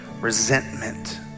resentment